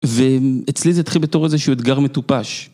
ואצלי זה התחיל בתור איזשהו אתגר מטופש.